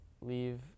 leave